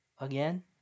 again